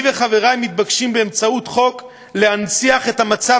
אני וחברי מבקשים באמצעות חוק להנציח את המצב